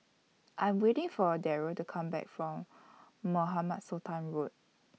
I Am waiting For A Deryl to Come Back from Mohamed Sultan Road